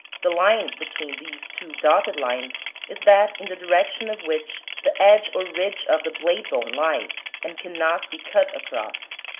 the line between these two dotted lines is that in the direction of which the edge or ridge of the blade bone lies, and cannot be cut across.